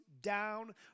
down